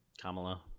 Kamala